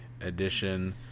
edition